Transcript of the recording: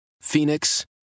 Phoenix